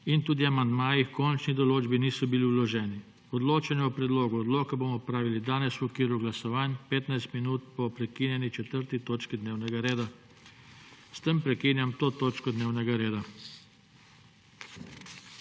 in tudi amandmaji h končni določbi niso bili vloženi. Odločanje o predlogu odloka bomo opravili danes v okviru glasovanj, 15 minut po prekinjeni 4. točki dnevnega reda. S tem prekinjam to točko dnevnega reda.